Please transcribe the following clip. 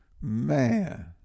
Man